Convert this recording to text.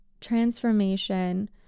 transformation